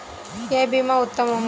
ఏ భీమా ఉత్తమము?